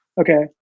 Okay